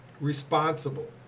responsible